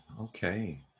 Okay